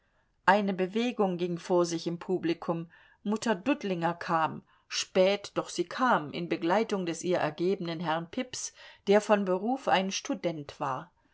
eine bewegung ging vor sich im publikum mutter dudlinger kam spät doch sie kam in begleitung des ihr ergebenen herrn pips der von beruf ein student war